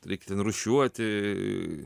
reikia ten rūšiuoti aaa